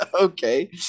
Okay